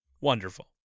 Wonderful